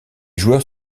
joueurs